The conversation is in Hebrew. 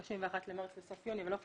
מ-31 במארס לסוף יוני, אבל לא חשוב.